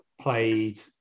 played